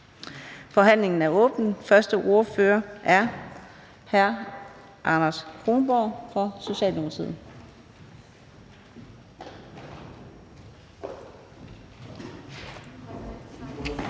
Forhandlingen er åbnet. Den første ordfører er hr. Anders Kronborg for Socialdemokratiet.